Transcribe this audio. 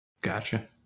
Gotcha